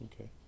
Okay